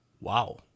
Wow